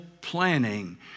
planning